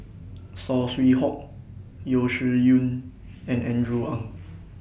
Saw Swee Hock Yeo Shih Yun and Andrew Ang